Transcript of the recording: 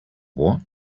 what